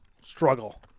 Struggle